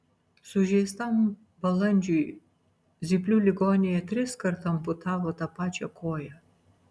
sužeistam balandžiui zyplių ligoninėje triskart amputavo tą pačią koją